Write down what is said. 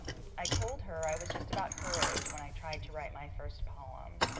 i told her i was just about her age when i tried to write my first poem.